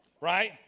right